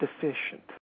deficient